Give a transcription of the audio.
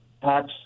tax